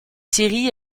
série